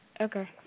Okay